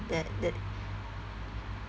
that that